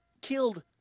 killed